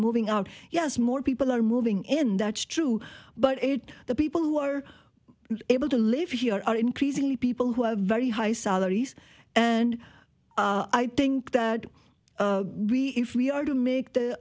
moving out yes more people are moving in that's true but it the people who are able to live here are increasingly people who have very high salaries and i think that really if we are to make t